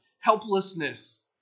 helplessness